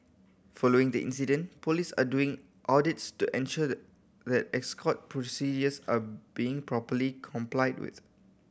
following the incident police are doing audits to ensure the that escort procedures are being properly complied with